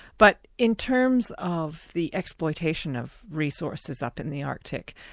but in terms of the exploitation of resources up in the arctic,